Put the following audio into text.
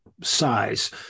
size